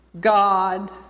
God